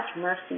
mercy